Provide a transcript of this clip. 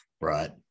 right